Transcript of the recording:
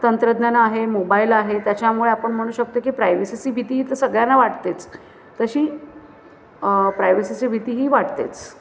तंत्रज्ञान आहे मोबाईल आहे त्याच्यामुळे आपण म्हणू शकतो की प्रायव्हसीची भीती ही तर सळ्यांना वाटतेच तशी प्रायव्हसीची भीती ही वाटतेच